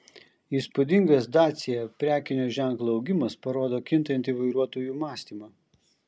įspūdingas dacia prekinio ženklo augimas parodo kintantį vairuotojų mąstymą